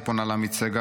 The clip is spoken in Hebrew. היא פונה לעמית סגל,